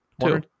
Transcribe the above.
Two